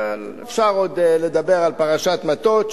אפשר עוד לדבר על פרשת מטות,